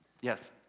Yes